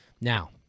Now